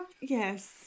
yes